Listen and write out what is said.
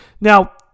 Now